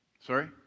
Sorry